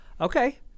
Okay